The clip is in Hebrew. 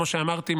כמו שאמרתי,